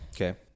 Okay